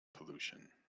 pollution